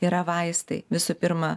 yra vaistai visų pirma